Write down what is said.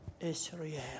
Israel